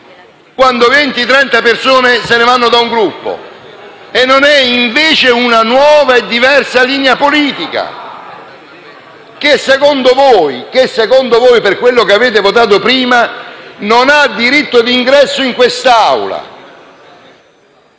o trenta persone se ne vanno da un Gruppo e non invece una nuova e diversa linea politica *(Commenti)*, che secondo voi, per quello che avete votato prima, non ha diritto d'ingresso in quest'Assemblea.